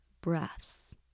breaths